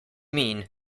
mean